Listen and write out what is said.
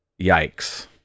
Yikes